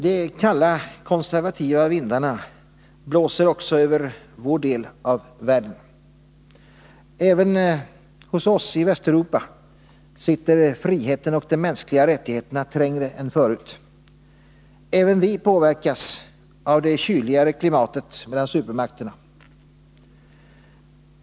De kalla konservativa vindarna blåser också över vår del av världen. Även hos oss i Västeuropa sitter friheten och de mänskliga rättigheterna trängre än förut. Även vi påverkas av det kyligare klimatet mellan supermakterna.